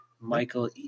Michael